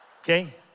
Okay